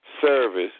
service